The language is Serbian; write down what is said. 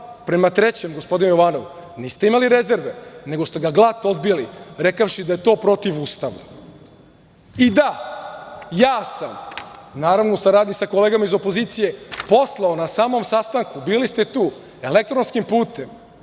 Prema trećem, gospodine Jovanov, niste imali rezerve, nego ste ga glat odbili, rekavši da je to protivustavno.I, da, ja sam, naravno u saradnji sa kolegama iz opozicije, poslao na samom sastanku, bili ste tu, elektronskim putem,